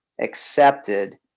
accepted